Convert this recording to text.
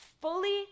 Fully